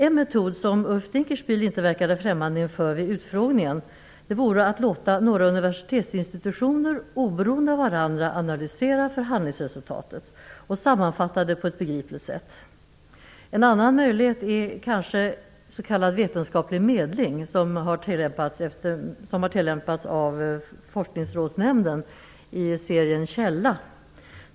En metod som Ulf Dinkelspiel inte verkade främmande inför vid utfrågningen vore att låta några universitetsinstitutioner oberoende av varandra analysera förhandlingsresultatet och sammanfatta det på ett begripligt sätt. En annan möjlighet är kanske s.k. vetenskaplig medling, som har tillämpats av Forskningsrådsnämnden i serien Källa.